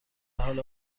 حال